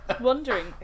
wondering